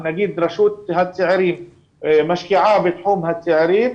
נגיד רשות הצעירים משקיעה בתחום הצעירים,